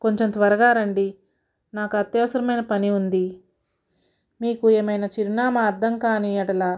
కొంచెం త్వరగా రండి నాకు అత్యవసరమైన పని ఉంది మీకు ఏమైనా చిరునామా అర్థం కాని ఎడల